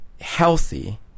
healthy